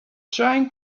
trying